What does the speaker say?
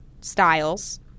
Styles